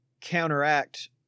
counteract